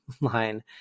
line